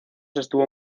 estuvo